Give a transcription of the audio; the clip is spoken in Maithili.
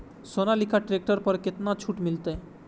सोनालिका ट्रैक्टर पर केतना छूट मिलते?